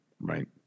Right